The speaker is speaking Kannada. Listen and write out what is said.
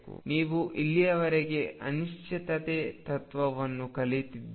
ನೀವು ಇಲ್ಲಿಯವರೆಗೆ ಅನಿಶ್ಚಿತತೆ ತತ್ವವನ್ನು ಕಲಿತಿದ್ದೀರ